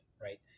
right